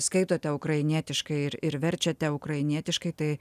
skaitote ukrainietiškai ir ir verčiate ukrainietiškai tai